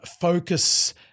focus